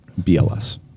BLS